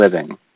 living